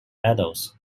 adults